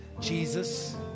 Jesus